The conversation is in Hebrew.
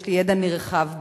יש לי ידע נרחב,